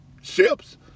ships